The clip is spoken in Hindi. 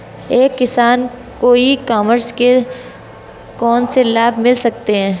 एक किसान को ई कॉमर्स के कौनसे लाभ मिल सकते हैं?